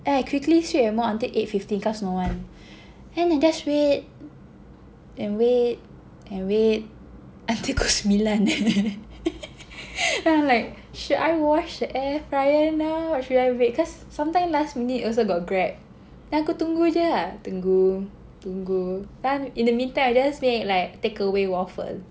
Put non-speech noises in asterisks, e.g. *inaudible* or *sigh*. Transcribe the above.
then I quickly sweep and mop until eighty fifty cause no one then I just wait and wait and wait until pukul sembilan eh *laughs* then I'm like should I wash the air fryer now or should I wait cause sometime last minute also got Grab then aku tunggu aje lah tunggu tunggu kan in the meantime I just make like takeaway waffle